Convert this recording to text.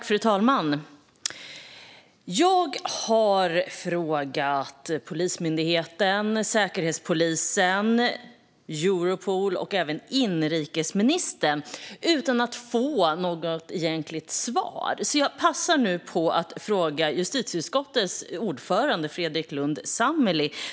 Fru talman! Jag har frågat Polismyndigheten, Säkerhetspolisen, Europol och även inrikesministern utan att få något egentligt svar. Jag passar därför på att ställa samma fråga till justitieutskottets ordförande Fredrik Lundh Sammeli.